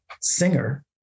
singer